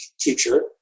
teacher